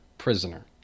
prisoner